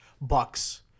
Bucks